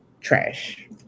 Trash